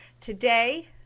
Today